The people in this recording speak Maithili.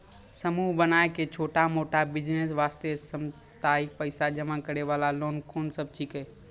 समूह बनाय के छोटा मोटा बिज़नेस वास्ते साप्ताहिक पैसा जमा करे वाला लोन कोंन सब छीके?